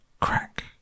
crack